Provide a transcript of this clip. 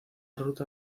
ruta